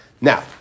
Now